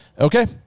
Okay